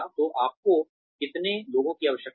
तो आपको कितने लोगों की आवश्यकता है